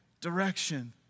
direction